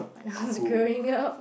how's going up